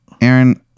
Aaron